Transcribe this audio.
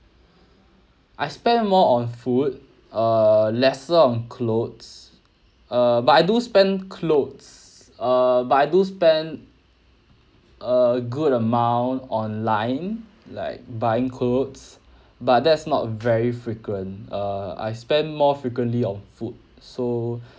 I spend more on food err lesser on clothes uh but I do spend clothes err but I do spend a good amount online like buying clothes but that's not very frequent err I spend more frequently on food so